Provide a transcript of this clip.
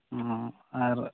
ᱚᱻ ᱟᱨ